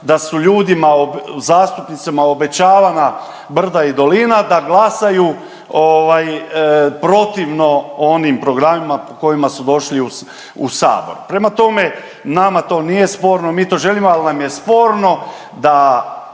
da su ljudima zastupnicima obećavana brda i dolina da glasaju ovaj protivno onim programima po kojima su došli u sabor. Prema tome, nama to nije sporno, mi to želimo, ali nam je sporno da